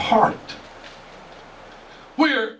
heart where